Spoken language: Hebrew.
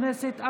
הכנסת,